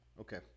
Okay